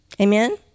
Amen